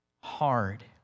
hard